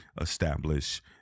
establish